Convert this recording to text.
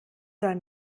soll